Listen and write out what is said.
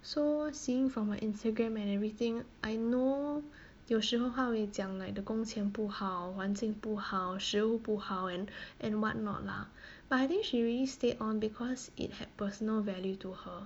so seeing from my instagram and everything I know 有时候她会讲 like the 工钱不好环境不好食物不好 and and what not lah but I think she really stayed on because it had personal value to her